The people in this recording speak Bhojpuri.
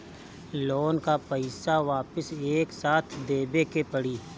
लोन का पईसा वापिस एक साथ देबेके पड़ी?